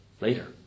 later